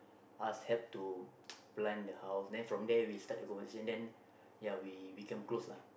ask help to plant the house then from there we start the conversation then ya we become close lah